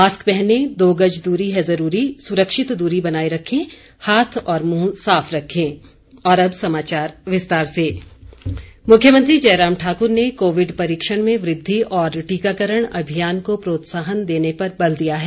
mask पहनें दो गज दूरी है जरूरी सुरक्षित दूरी बनाये रखें हाथ और मुंह साफ रखें मुख्यमंत्री मुख्यमंत्री जयराम ठाक्र ने कोविड परीक्षण में वृद्धि और टीकाकरण अभियान को प्रोत्साहन देने पर बल दिया है